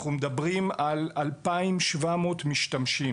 אנחנו מדברים על 2,700 משתמשים.